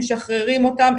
משחררים אותם.